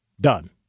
Done